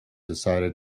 decided